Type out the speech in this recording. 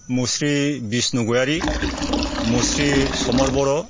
मुस्रि बिस्नु गयारि मुस्रि समर बर'